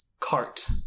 cart